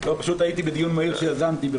פשוט הייתי בדיון מהיר שיזמתי.